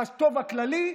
הטוב הכללי,